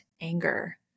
anger